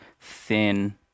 thin